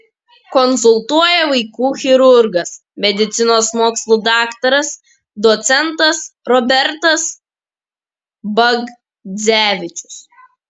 konsultuoja vaikų chirurgas medicinos mokslų daktaras docentas robertas bagdzevičius